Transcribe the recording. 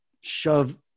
shove